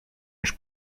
niż